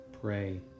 pray